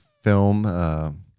film